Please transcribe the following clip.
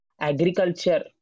agriculture